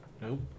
Nope